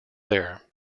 there